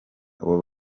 abo